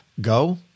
go